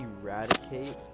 eradicate